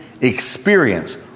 experience